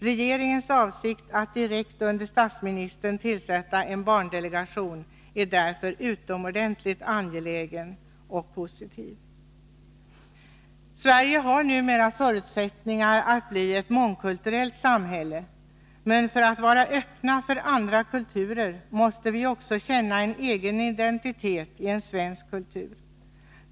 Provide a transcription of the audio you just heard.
Regeringens avsikt att direkt under statsministern tillsätta en barndelegation är därför något utomordentligt angeläget och positivt. Sverige har numera förutsättningar att bli ett mångkulturellt samhälle, men för att vara öppna för andra kulturer måste vi också känna en egen identitet i en svensk kultur.